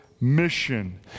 Mission